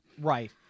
Right